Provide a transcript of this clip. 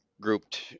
grouped